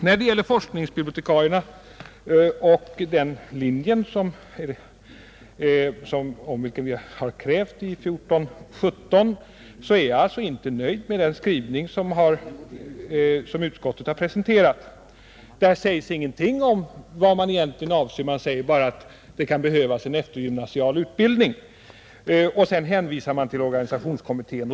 När det gäller forskningsbibliotekarierna och den linje vi krävt i motionen 1417 är jag alltså inte nöjd med den skrivning som utskottet har presenterat. Där sägs ingenting om vad man egentligen avser, utan bara att det kan behövas en eftergymnasial utbildning, och vidare hänvisar man till organisationskommittén.